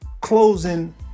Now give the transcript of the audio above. closing